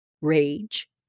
rage